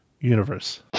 universe